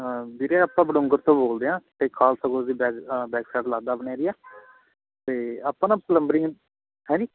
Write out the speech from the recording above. ਹਾਂ ਵੀਰੇ ਆਪਾਂ ਬਡੂੰਗਰ ਤੋਂ ਬੋਲਦੇ ਹਾਂ ਅਤੇ ਖਾਲਸਾ ਕੋਲਜ ਦੇ ਬੈਕ ਬੈਕ ਸਾਈਡ ਲੱਗਦਾ ਆਪਣਾ ਏਰੀਆ ਅਤੇ ਆਪਾਂ ਨਾ ਪਲੰਬਰਿੰਗ ਹੈ ਜੀ